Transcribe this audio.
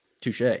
Touche